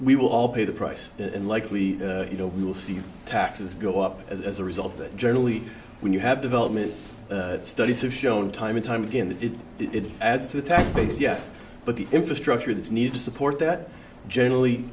we will all pay the price and likely you know we will see taxes go up as a result that generally when you have development studies have shown time and time again that it adds to the tax base yes but the infrastructure that's needed to support that generally